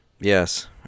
Yes